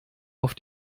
auf